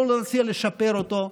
בואו לא נציע לשפר אותו.